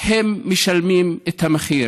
משלמים את המחיר.